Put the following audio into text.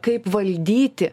kaip valdyti